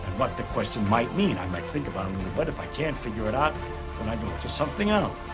but the question might mean i might think about me, but if i can't figure it out when i do it to something out